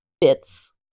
bits